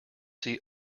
see